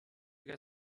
get